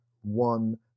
One